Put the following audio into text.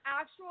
actual